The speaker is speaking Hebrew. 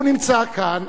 והוא נמצא כאן,